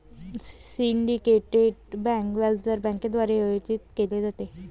syndicated कर्ज व्यावसायिक बँकांद्वारे आयोजित केले जाते